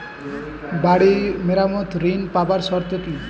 বাড়ি মেরামত ঋন পাবার শর্ত কি?